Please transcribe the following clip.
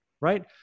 right